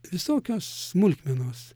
visokios smulkmenos